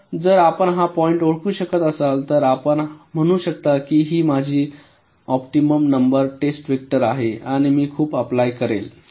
तर जर आपण हा पॉईंट ओळखू शकत असाल तर आपण म्हणू शकता की ही माझी ऑप्टिमम नंबर टेस्ट व्हेक्टर आहे आणि मी खूप अप्लाय करेल